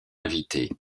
invité